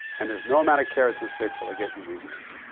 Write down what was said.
and there is no amount of carrots and sticks that will get you these things.